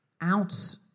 out